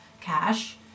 cash